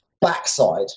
backside